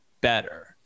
better